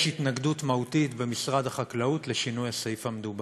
יש התנגדות מהותית במשרד החקלאות לשינוי הסעיף המדובר.